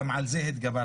גם על זה התגברתם,